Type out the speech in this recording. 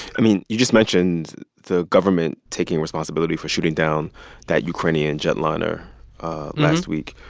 i mean, you just mentioned the government taking responsibility for shooting down that ukrainian jetliner last week.